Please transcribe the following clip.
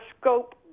scope